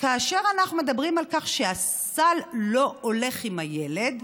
כאשר אנחנו מדברים על כך שהסל לא הולך עם הילד,